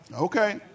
Okay